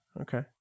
okay